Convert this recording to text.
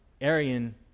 Arian